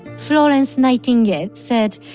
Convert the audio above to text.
florence nightingale said,